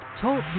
Talk